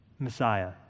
Messiah